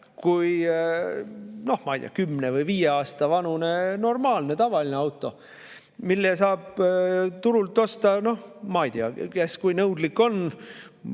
kui ma ei tea, kümne või viie aasta vanune normaalne, tavaline auto, mille saab turult osta … Ma ei tea, kes kui nõudlik on,